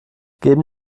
geben